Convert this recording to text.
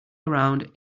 around